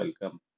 welcome